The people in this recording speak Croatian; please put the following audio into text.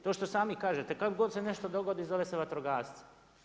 To što sami kažete kada god se nešto dogodi zove se vatrogasce.